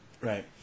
Right